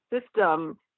System